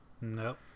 Nope